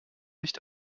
nicht